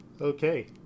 Okay